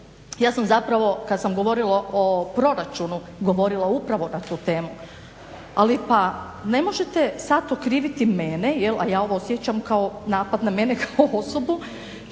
Ja sam zapravo kad sam govorila o proračunu govorila upravo na tu temu. Ali pa ne možete sad okriviti mene jel', a ja ovo osjećam kao napad na mene kao osobu,